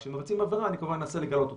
כשהם מבצעים עבירה, אני כמובן אנסה לגלות אותה.